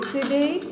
today